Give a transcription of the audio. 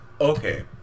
okay